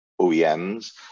OEMs